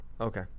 Okay